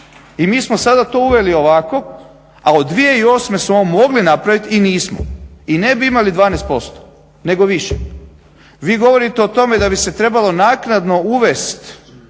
I mi smo sada to uveli ovako, a od 2008.smo mogli napraviti i nismo i ne bi imali 12% nego više. Vi govorite o tome da bi se trebalo naknadno uvesti